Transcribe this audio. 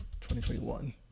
2021